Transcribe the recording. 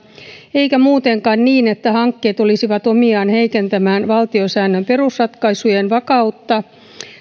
eikä muutenkaan niin että hankkeet olisivat omiaan heikentämään valtiosäännön perusratkaisujen vakautta